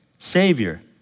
Savior